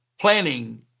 planning